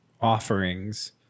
offerings